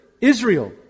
Israel